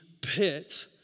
pit